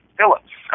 Phillips